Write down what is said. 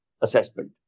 assessment